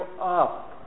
up